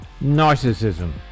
narcissism